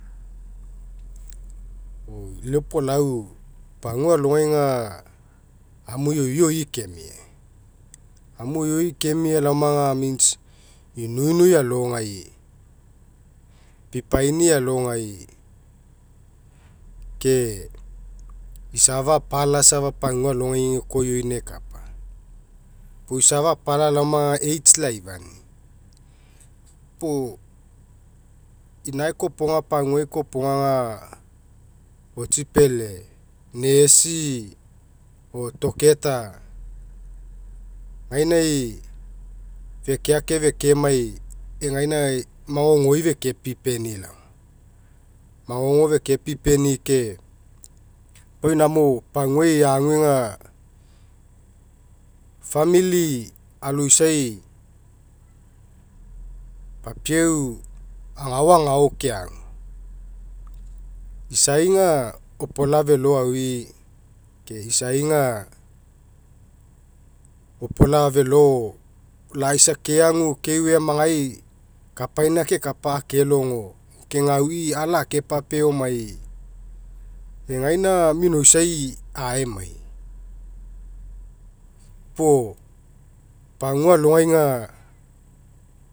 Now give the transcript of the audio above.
Lau opolau pagua alogai aga amu ioi ioi kemia amu ioi ioi kemia laoma aga means inuinu ealogai pipaini ealogai ke isafa apala laoma aga aids laifania. Puo inae kopoga paguai kopoga aga otsipele nesi o doketa gainai fekemai egaina magogoi fekepipeni laoma, magogo fekepipeni ke pau namo paguai agu aga famili aloisai papiau agao agao keagu isai aga opola felo aui ke isai aga opola felo lai isa keagu kene amagai kapaina akekapa aberogo ke gaui ala akepapea omai egaina minoisai aemai gapuo pagua alogai aga